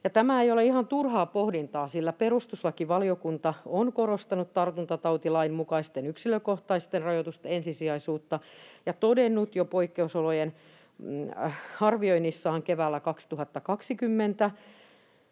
Tämä ei ole ihan turhaa pohdintaa, sillä perustuslakivaliokunta on korostanut tartuntatautilain mukaisten yksilökohtaisten rajoitusten ensisijaisuutta ja todennut jo poikkeusolojen arvioinnissaan keväällä 2020,